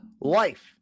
life